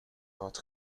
oud